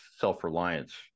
self-reliance